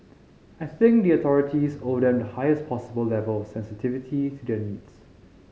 I think the authorities owe them the highest possible level of sensitivity to their needs